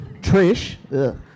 Trish